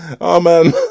Amen